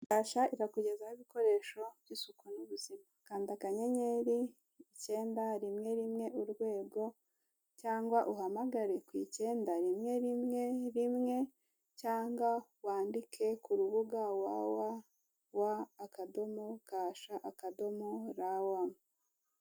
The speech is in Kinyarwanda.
Kasha irakugezaho ibikoresho by'isuku n'ubuzima kanda akanyenyeri icyenda rimwe rimwe urwego cyangwa uhamagare ku icyenda rimwe rimwe rimwe cyangwa wandike kurubuga wawawa akadomo kasha akadomo rawa.